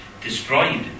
destroyed